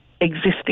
existing